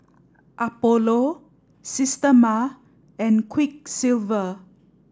Apollo Systema and Quiksilver